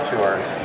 Tours